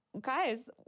guys